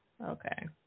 Okay